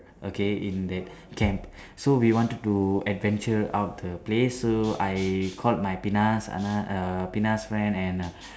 okay in that camp so we wanted to adventure out the place so I called my Penas Anas err Penas friend and err